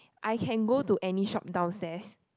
I can go to any shop downstairs